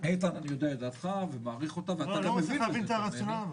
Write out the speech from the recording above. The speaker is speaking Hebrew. אני לא מצליח להבין את הרציונל.